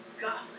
God